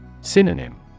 Synonym